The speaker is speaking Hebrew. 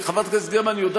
גם אני.